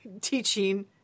teaching